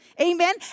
Amen